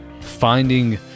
finding